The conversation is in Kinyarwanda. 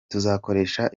tuzakoresha